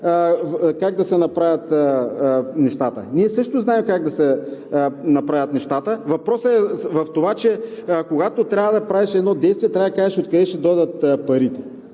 как да се направят нещата. Ние също знаем как да се направят нещата, въпросът е в това, че когато трябва да правиш едно действие, трябва да кажеш откъде ще дойдат парите.